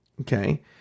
okay